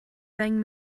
ddeng